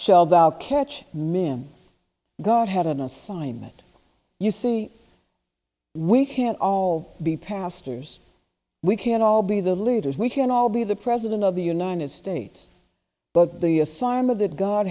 shelled out catch men god had an assignment you see we can't all be pastors we can't all be the looters we can all be the president of the united states but the asylum of that god